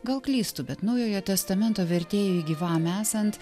gal klystu bet naujojo testamento vertėjui gyvam esant